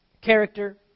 character